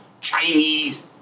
Chinese